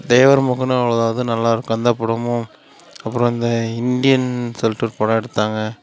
தேவர் மகனும் அதுவும் நல்லாயிருக்கும் அந்த படமும் அப்புறம் இந்த இண்டியன்னு சொல்லிட்டு ஒரு படம் எடுத்தாங்க